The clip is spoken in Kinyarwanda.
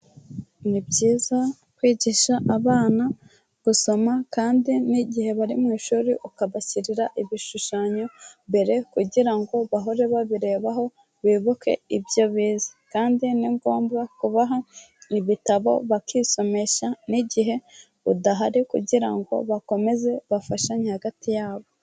Ni byiza kwigisha abana gusoma kandi n'igihe bari mu ishuri ukabashyirira ibishushanyo imbere kugira ngo bahore babirebaho bibuke ibyo bize kandi ni ngombwa kubaha ibitabo bakisomesha n'igihe udahari kugira ngo bakomeze bafashanye hagati yabo.